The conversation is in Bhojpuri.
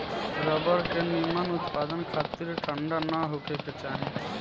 रबर के निमन उत्पदान खातिर ठंडा ना होखे के चाही